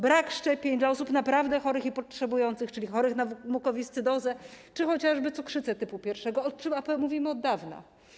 Brak szczepień dla osób naprawdę chorych i potrzebujących, czyli chorych na mukowiscydozę czy chociażby cukrzycę typu 1, o czym mówimy od dawna.